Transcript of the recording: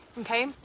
Okay